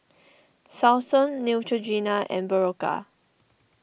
Selsun Neutrogena and Berocca